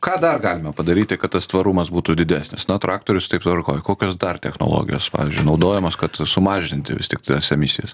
ką dar galime padaryti kad tas tvarumas būtų didesnis na traktorius taip tvarkoj kokios dar technologijos pavyzdžiui naudojamos kad sumažinti vis tik tas emisijas